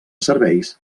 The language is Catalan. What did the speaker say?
serveis